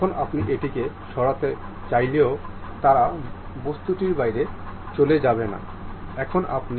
আমরা এটিকে গতিশীল করতে পারি বা আমরা এটি ধীর গতিতে খেলতে পারি